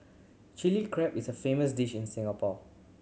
Chilli Crab is a famous dish in Singapore